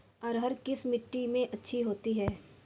अरहर किस मिट्टी में अच्छी होती है?